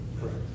Correct